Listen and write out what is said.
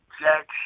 jack